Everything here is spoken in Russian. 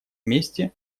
вместе